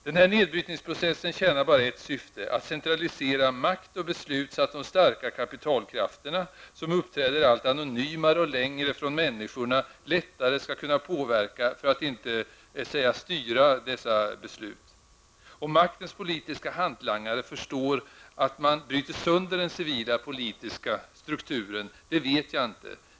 Den här nedbrytningsprocessen tjänar bara ett syfte, att centralisera makt och beslut så att de starka kapitalkrafterna, som uppträder allt anonymare och längre från människorna, lättare skall kunna påverka för att inte säga styra dessa beslut. Om maktens politiska hantlangare förstår att man bryter sönder den civila politiska strukturen, vet jag inte.